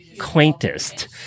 quaintest